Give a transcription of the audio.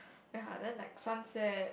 then like sunset